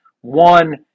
one